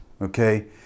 okay